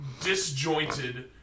disjointed